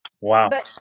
Wow